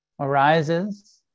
arises